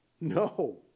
no